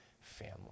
family